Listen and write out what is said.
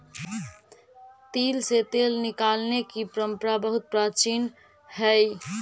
तिल से तेल निकालने की परंपरा बहुत प्राचीन हई